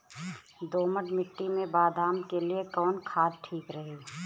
दोमट मिट्टी मे बादाम के लिए कवन खाद ठीक रही?